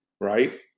right